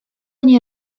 nie